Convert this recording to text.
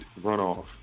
runoff